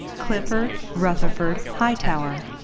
clifford rutherford hightower.